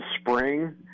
spring